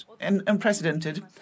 unprecedented